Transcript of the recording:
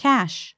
Cash